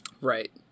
right